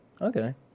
Okay